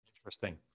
Interesting